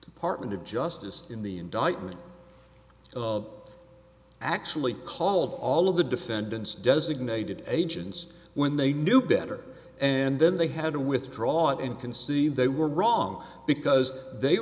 department of justice in the indictment of actually call of all of the defendants designated agents when they knew better and then they had to withdraw it and concede they were wrong because they